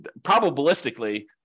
probabilistically